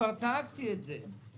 וכבר צעקתי את זה.